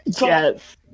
yes